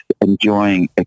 enjoying